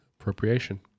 appropriation